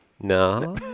No